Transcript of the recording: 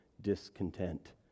discontent